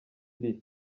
iri